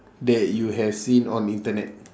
that you have seen on the internet